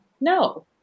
no